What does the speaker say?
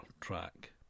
track